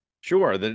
Sure